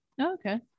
okay